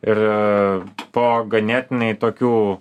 ir po ganėtinai tokių